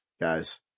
guys